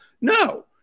No